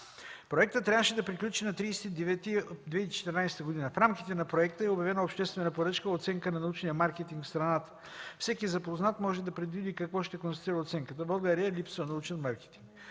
Проектът трябваше да приключи на 30 септември 2014 г. В рамките на проекта е обявена обществена поръчка „Оценка на научния маркетинг в страната”. Всеки запознат може да предвиди какво ще констатира оценката – в България липсва научен маркетинг.